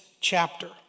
chapter